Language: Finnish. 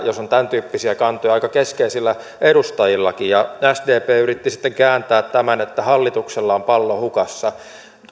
jos on tämäntyyppisiä kantoja aika keskeisilläkin edustajilla sdp yritti sitten kääntää tämän niin että hallituksella on pallo hukassa